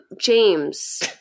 James